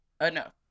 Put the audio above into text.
enough